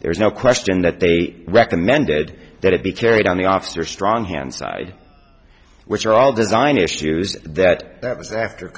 there's no question that they recommended that it be carried on the officer strong hand side which are all design issues that that was after